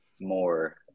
more